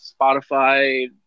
Spotify